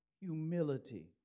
Humility